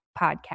podcast